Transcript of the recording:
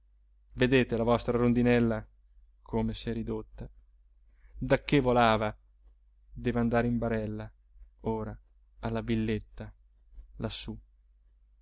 vedete la vostra rondinella come s'è ridotta dacché volava deve andare in barella ora alla villetta lassù